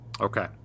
Okay